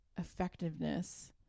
Effectiveness